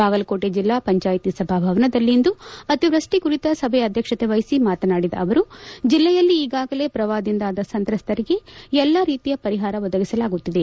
ಬಾಗಲಕೋಟೆ ಜಲ್ಲಾ ಪಂಚಾಯಿತಿ ಸಭಾಭವನದಲ್ಲಿಂದು ಅತಿವೃಷ್ಷಿ ಕುರಿತ ಸಭೆ ಅಧ್ಯಕ್ಷತೆ ವಹಿಸಿ ಮಾತನಾಡಿದ ಅವರು ಜಿಲ್ಲೆಯಲ್ಲಿ ಈಗಾಗಲೇ ಪ್ರವಾಪದಿಂದಾದ ಸಂತ್ರಕ್ಷರಿಗೆ ಎಲ್ಲ ರೀತಿಯ ಪರಿಹಾರ ಒದಗಿಸಲಾಗುತ್ತಿದೆ